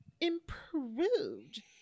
improved